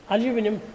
Aluminium